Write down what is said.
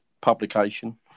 publication